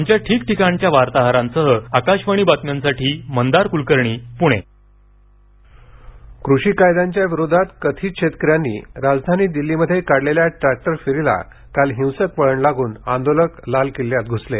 आमच्या ठिकठिकाणच्या वातहिरांसह आकाशवाणी बातम्यांसाठी मंदार कृलकर्णी पृणे शेतकरी आंदोलन कृषी कायद्यांच्या विरोधात कथित शेतकऱ्यांनी राजधानी दिल्लीमध्ये काढलेल्या ट्रॅक्टर फेरीला काल हिंसक वळण लागून आंदोलक लाल किल्ल्यात घुसले